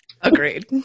Agreed